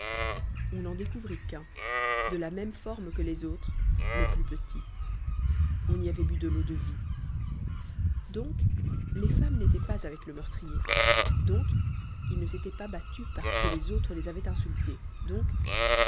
on n'en découvrit qu'un de la même forme que les autres mais plus petit on y avait bu de l'eau-de-vie donc les femmes n'étaient pas avec le meurtrier donc il ne s'était pas battu parce que les autres les avaient insultées donc